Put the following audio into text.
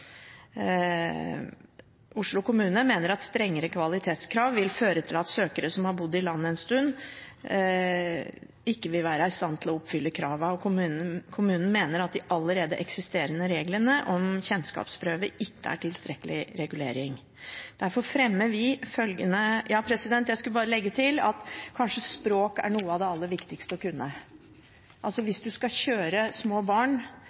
Oslo kommune mener at strengere kvalitetskrav vil føre til at søkere som har bodd i landet en stund, ikke vil være i stand til å oppfylle kravene, og kommunen mener at de allerede eksisterende reglene om kjennskapsprøve ikke er tilstrekkelig regulering. Kanskje språk er noe av det aller viktigste å kunne. Hvis du skal kjøre små barn eller syke mennesker eller mennesker med utviklingshemning, og du er